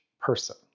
person